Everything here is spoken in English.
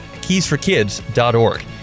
keysforkids.org